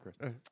Chris